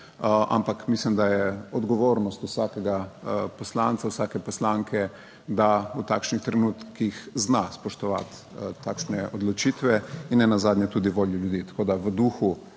ampak mislim, da je odgovornost vsakega poslanca, vsake poslanke, da v takšnih trenutkih zna spoštovati takšne odločitve in nenazadnje tudi voljo ljudi. Tako da v duhu